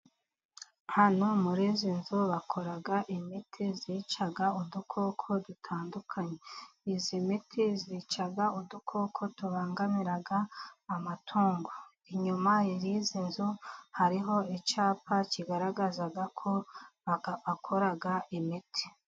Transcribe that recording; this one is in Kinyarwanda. Hano muri izi nzu bakora imiti zica udukoko dutandukanye, iyi miti yica udukoko tubangamira amatungo, inyuma y'izi nzu hariho icyapa kigaragaza ko bakora imiti.